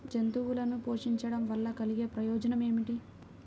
జంతువులను పోషించడం వల్ల కలిగే ప్రయోజనం ఏమిటీ?